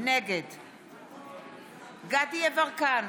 נגד דסטה גדי יברקן,